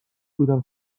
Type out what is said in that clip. بودم